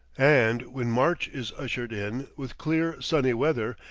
and when march is ushered in, with clear sunny weather,